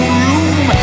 room